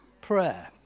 Prayer